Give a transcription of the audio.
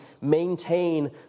maintain